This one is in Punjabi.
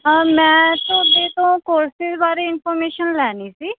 ਹਾਂ ਮੈਂ ਤੁਹਾਡੇ ਤੋਂ ਕੋਰਸਿਸ ਬਾਰੇ ਇਨਫੋਰਮੇਸ਼ਨ ਲੈਣੀ ਸੀ